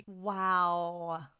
Wow